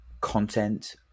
content